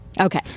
Okay